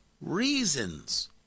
reasons